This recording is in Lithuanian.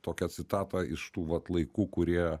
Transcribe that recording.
tokią citatą iš tų vat laikų kurie